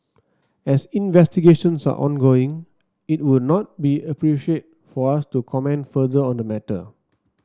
as investigations are ongoing it would not be appropriate for us to comment further on the matter